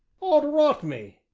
od rot me!